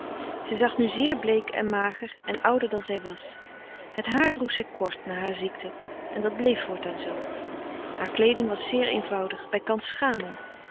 zij zag nu zeer bleek en mager en ouder dan zij was het haar droeg zij kort na haar ziekte en dat bleef voortaan zoo haar kleedij was zeer eenvoudig bijkans schamel